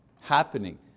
happening